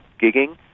gigging